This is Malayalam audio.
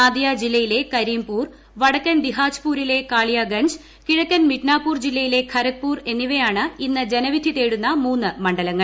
നാദിയ ജില്ലയിലെ കരീംപൂർ വടക്കൻ ദിഹാജ്പൂരിലെ കാളിയഗഞ്ച് കിഴക്കൻ മിഡ്നാപൂർ ജില്ലയിലെ ഖരഗ്പൂർ എന്നിവയാണ് ഇന്ന് ജനവിധി തേടുന്ന മൂന്ന് മണ്ഡലങ്ങൾ